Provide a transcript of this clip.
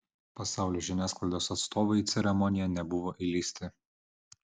pasaulio žiniasklaidos atstovai į ceremoniją nebuvo įleisti